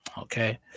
Okay